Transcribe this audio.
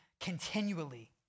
continually